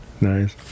Nice